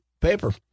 paper